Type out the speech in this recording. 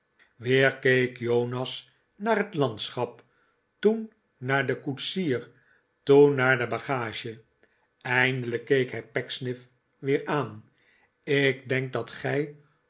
keek jonas naar het landschap toen naar den koetsier toen naar de baga ge eindelijk keek hij pecksniff weer aan ik denk dat gij